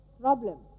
problems